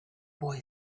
boy